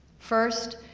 first,